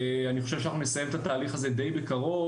אני חושב שאנחנו נסיים את התהליך הזה די בקרוב,